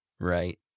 Right